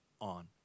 on